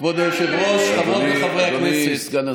כבוד היושב-ראש, חברות וחברי הכנסת.